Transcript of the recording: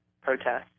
protests